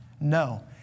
No